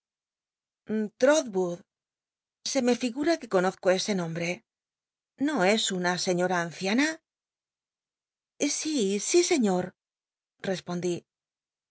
trolwood se me ligura que conozco ese nombre no es una señora anciana sí sí señor respondí